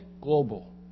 global